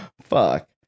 fuck